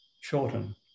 shorten